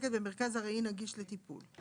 שעוסקת במרכז ארעי נגיש לטיפול.